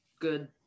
Good